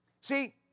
See